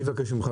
אני אבקש ממך.